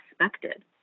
expected